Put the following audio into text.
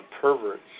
perverts